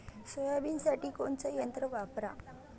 सोयाबीनसाठी कोनचं यंत्र वापरा?